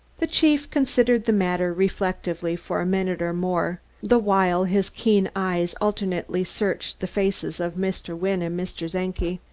the chief considered the matter reflectively for a minute or more, the while his keen eyes alternately searched the faces of mr. wynne and mr. czenki.